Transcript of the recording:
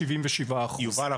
של 77%. יובל,